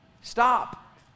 stop